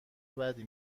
بدی